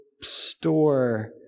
store